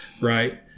Right